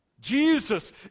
Jesus